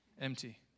empty